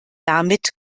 damit